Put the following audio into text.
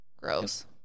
Gross